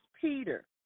Peter